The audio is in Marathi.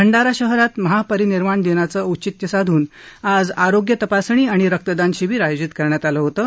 भंडारा शहरात महापरिनिर्वाण दिनाचं औचित्य साधून आज आरोग्य तपासणी आणि रक्तदान शिबिर आयोजित करण्यात आलं होतं